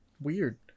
weird